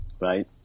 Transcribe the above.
right